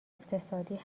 اقتصادی